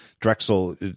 Drexel